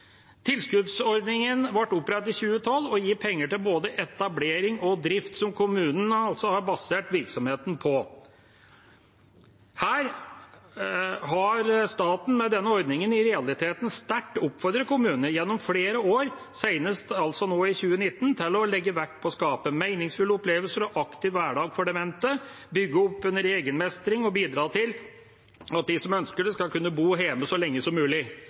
Tilskuddsordningen ble opprettet i 2012 og gir penger til både etablering og drift, som kommunene har basert virksomheten på. Her har staten med denne ordningen i realiteten sterkt oppfordret kommunene, gjennom flere år – senest nå i 2019 – til å legge vekt på å skape meningsfulle opplevelser og en aktiv hverdag for demente, bygge opp under egenmestring og bidra til at de som ønsker det, skal kunne bo hjemme så lenge som mulig.